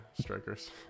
strikers